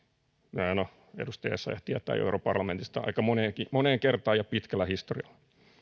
no edustaja essayah tietää jo europarlamentista aika moneen kertaan ja pitkällä historialla